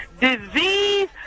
disease